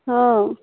ହଁ